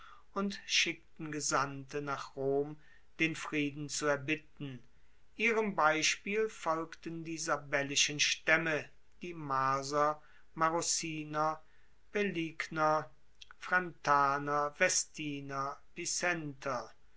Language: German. und schickten gesandte nach rom den frieden zu erbitten ihrem beispiel folgten die sabellischen staemme die marser marruciner paeligner frentaner vestiner picenter